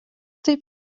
taip